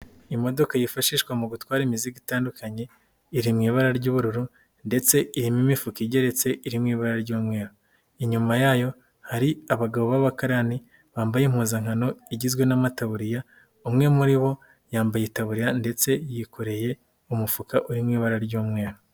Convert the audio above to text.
Imodoka yifashishwa mu gutwara imizigo itandukanye, iri mu ibara ry'ubururu ndetse irimo imifuka igeretse iri mu ibara ry'umweru, inyuma yayo hari abagabo b'abakarani bambaye impuzankano igizwe n'amataburiya, umwe muri bo yambaye itaburiya ndetse yikoreye umufuka uri mu ibara ry'umweru.